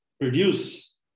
produce